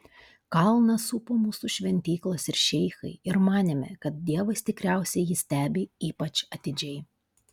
kalną supo mūsų šventyklos ir šeichai ir manėme kad dievas tikriausiai jį stebi ypač atidžiai